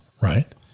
Right